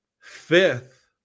fifth